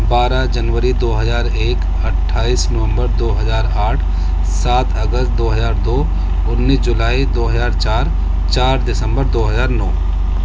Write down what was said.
بارہ جنوری دو ہزار ایک اٹھائیس نومبر دو ہزار آٹھ سات اگست دو ہزار دو انیس جولائی دو ہزار چار چار دسمبر دو ہزار نو